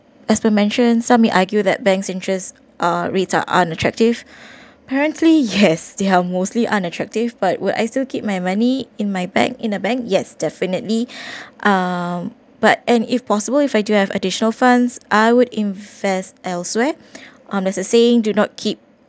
as per mentioned some may argued that banks interest uh rates are unattractive apparently yes they are mostly unattractive but would I still keep my money in my bank in a bank yes definitely um but and if possible if I do have additional funds I would invest elsewhere unless they saying do not keep